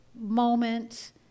moment